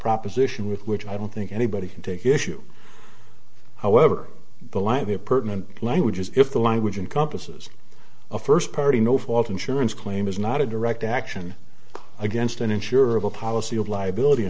proposition with which i don't think anybody can take issue however the land the apartment languages if the language and compass is a first party no fault insurance claim is not a direct action against uninsurable policy of liability